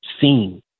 seen